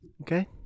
Okay